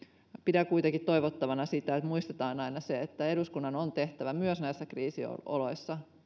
pidän kuitenkin toivottavana sitä että muistetaan aina se että eduskunnan on tehtävä myös näissä kriisioloissa